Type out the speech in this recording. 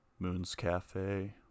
moonscafe